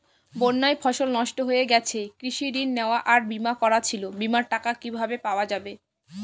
বন্যায় ফসল নষ্ট হয়ে গেছে কৃষি ঋণ নেওয়া আর বিমা করা ছিল বিমার টাকা কিভাবে পাওয়া যাবে?